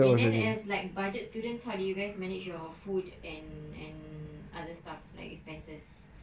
and then as like budget students how did you guys manage your food and and other stuff like expenses